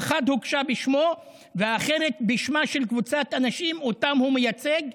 האחת הוגשה בשמו והאחרת בשמה של קבוצת אנשים שאותם הוא מייצג,